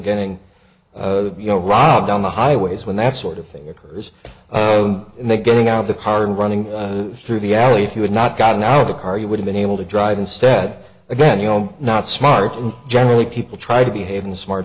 getting you know rob down the highways when that sort of thing occurs and they getting out of the car and running through the alley if you had not gotten out of the car you would've been able to drive instead again you know i'm not smart and generally people try to behave in a smart